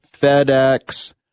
FedEx